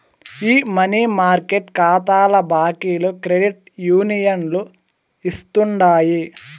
ఈ money market కాతాల బాకీలు క్రెడిట్ యూనియన్లు ఇస్తుండాయి